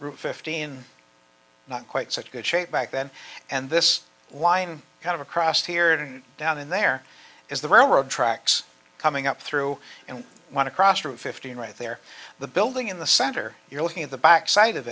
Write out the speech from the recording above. again fifteen not quite such good shape back then and this line kind of across here and down in there is the railroad tracks coming up through and want to cross through fifteen right there the building in the center you're looking at the back side of